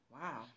Wow